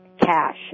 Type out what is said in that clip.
cash